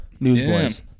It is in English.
Newsboys